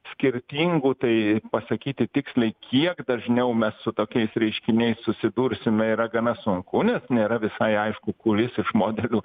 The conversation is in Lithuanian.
skirtingų tai pasakyti tiksliai kiek dažniau mes su tokiais reiškiniais susidursime yra gana sunku nes nėra visai aišku kuris iš modelių